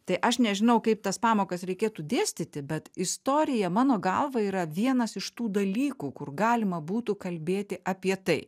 tai aš nežinau kaip tas pamokas reikėtų dėstyti bet istorija mano galva yra vienas iš tų dalykų kur galima būtų kalbėti apie tai